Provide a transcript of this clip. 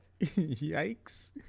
Yikes